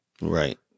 Right